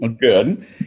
Good